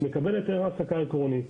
מקבל היתר העסקה עקרוני.